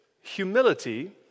humility